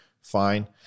Fine